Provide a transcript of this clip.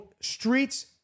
streets